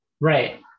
right